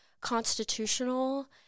constitutional